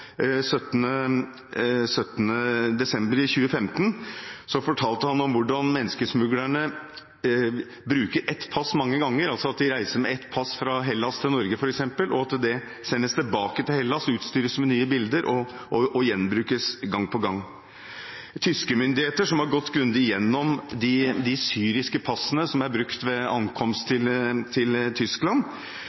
desember 2015, fortalte han hvordan menneskesmuglerne bruker ett pass mange ganger: En person reiser med et pass fra Hellas til Norge, f.eks., så sendes passet tilbake til Hellas, utstyres med nye bilder og gjenbrukes gang på gang. Tyske myndigheter, som har gått grundig igjennom de syriske passene som er brukt ved ankomst til Tyskland,